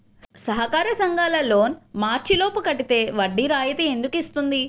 సహకార సంఘాల loan March లోపు కట్టితే వడ్డీ రాయితీ ఎందుకు ఇస్తుంది?